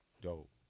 Dope